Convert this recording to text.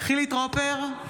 חילי טרופר,